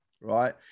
right